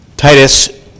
Titus